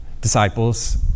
disciples